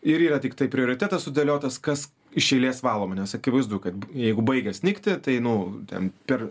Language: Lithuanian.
ir yra tiktai prioritetas sudėliotas kas iš eilės valoma nes akivaizdu kad jeigu baigia snigti tai nu ten per